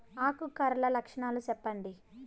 ఆకు కర్ల లక్షణాలు సెప్పండి